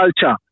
culture